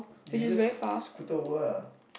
you can just scooter over lah